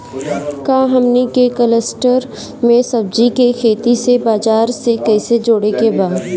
का हमनी के कलस्टर में सब्जी के खेती से बाजार से कैसे जोड़ें के बा?